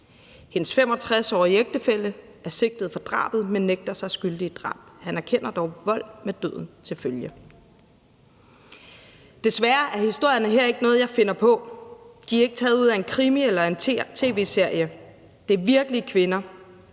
Hendes 65-årige ægtefælle er sigtet for drabet, men nægter sig skyldig i drab. Han erkender dog vold med døden til følge. Desværre er historierne her ikke noget, jeg finder på. De er ikke taget ud af en krimi eller en tv-serie. Det er virkelige kvinder,